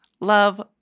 love